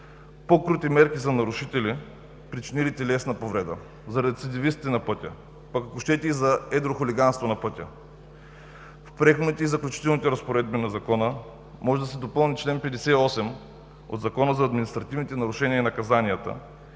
по-крути мерки за нарушители, причинили телесна повреда, за рецидивисти на пътя, пък ако щете и за едро хулиганство на пътя. В Преходните и заключителни разпоредби на Закона може да се допълни чл. 58 от Закона за административните нарушения и наказания